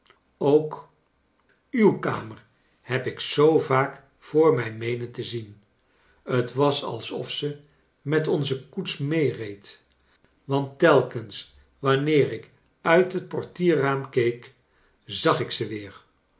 ook uw kamer heb ik zoo vaak voor mij meenen te zien t was alsof ze met onze koets meereed w t ant telkens wanneer ik uit het portierraam keek zag ik ze weer